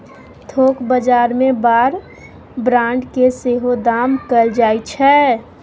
थोक बजार मे बार ब्रांड केँ सेहो दाम कएल जाइ छै